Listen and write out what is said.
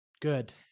Good